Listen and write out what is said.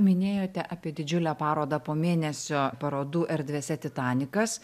minėjote apie didžiulę parodą po mėnesio parodų erdvėse titanikas